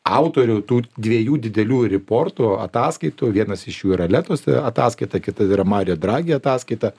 autorių tų dviejų didelių riportų ataskaitų vienas iš jų yra letos ataskaita kita yra mario dragi ataskaita